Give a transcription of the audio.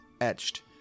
etched